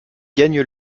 gagne